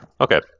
Okay